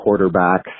quarterbacks